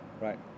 right